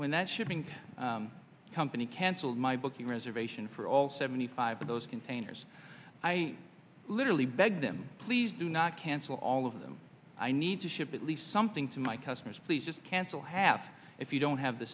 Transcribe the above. when that shipping company canceled my booking reservation for all seventy five of those containers i literally begged them please do not cancel all of them i need to ship at least something to my customers please just cancel half if you don't have the